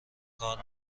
کار